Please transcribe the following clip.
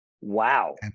Wow